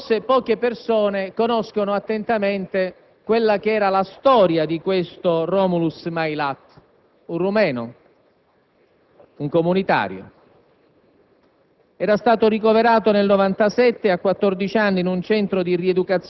Conosciamo tutti quell'efferato delitto; forse poche persone conoscono attentamente la storia di questo Romulus Mailat, un romeno, un cittadino